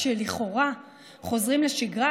כשלכאורה חוזרים לשגרה,